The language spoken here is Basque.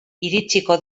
iritsiko